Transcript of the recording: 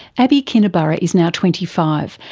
abbie kinniburgh is now twenty five,